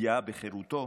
ופגיעה בחירותו,